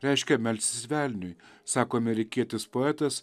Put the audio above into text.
reiškia melstis velniui sako amerikietis poetas